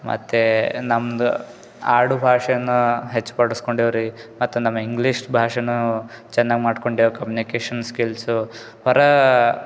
ಮತ್ತು ನಮ್ದು ಆಡು ಭಾಷೆನ ಹೆಚ್ಚು ಪಡಿಸ್ಕೊಂಡಿವ್ ರೀ ಮತ್ತು ನಮ್ಮ ಇಂಗ್ಲೀಷ್ ಭಾಷೆನೂ ಚೆನ್ನಾಗ್ ಮಾಡ್ಕೊಂಡ್ಯಾವೆ ಕಮ್ಯೂನಿಕೇಷನ್ ಸ್ಕಿಲ್ಸು ಹೊರ